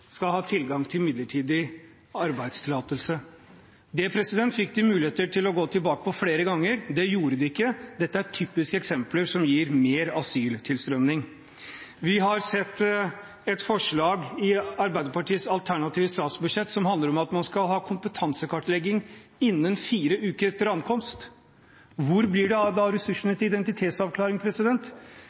skal ha tilgang til midlertidig arbeidstillatelse. Det fikk de mulighet til å gå tilbake på flere ganger, det gjorde de ikke. Dette er typiske eksempler på noe som gir mer asyltilstrømning. Vi har sett et forslag i Arbeiderpartiets alternative statsbudsjett som handler om at man skal ha kompetansekartlegging innen fire uker etter ankomst. Hvor blir det da av ressursene til identitetsavklaring?